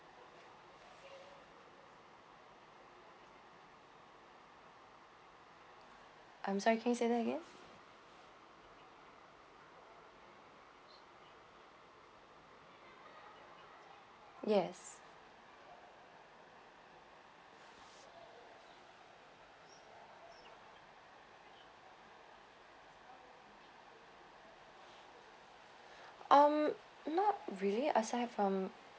I'm sorry can you say that again yes um not really I signed up from